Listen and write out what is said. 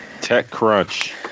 TechCrunch